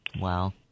Wow